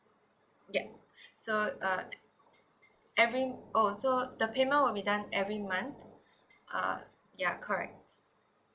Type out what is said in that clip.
ya so uh every oh so the payment will be done every month ah ya correct